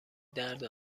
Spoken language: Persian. درد